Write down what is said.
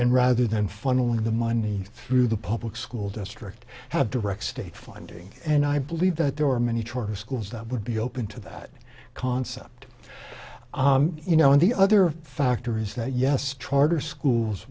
process rather than funneling the money through the public school district had direct state funding and i believe that there are many charter schools that would be open to that concept you know and the other factor is that yes trotter schools